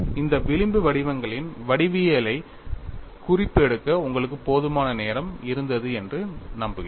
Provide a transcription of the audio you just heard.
இந்த விளிம்பு வடிவங்களின் வடிவவியலை குறிப்பு எடுக்க உங்களுக்கு போதுமான நேரம் இருந்தது என்று நம்புகிறேன்